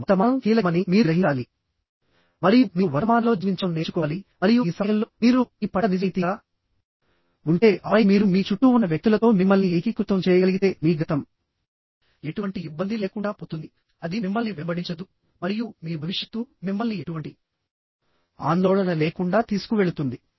వర్తమానం కీలకమని మీరు గ్రహించాలి మరియు మీరు వర్తమానంలో జీవించడం నేర్చుకోవాలి మరియు ఈ సమయంలో మీరు మీ పట్ల నిజాయితీగా ఉంటే ఆపై మీరు మీ చుట్టూ ఉన్న వ్యక్తులతో మిమ్మల్ని ఏకీకృతం చేయగలిగితే మీ గతం ఎటువంటి ఇబ్బంది లేకుండా పోతుంది అది మిమ్మల్ని వెంబడించదు మరియు మీ భవిష్యత్తు మిమ్మల్ని ఎటువంటి ఆందోళన లేకుండా తీసుకువెళుతుంది